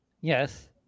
Yes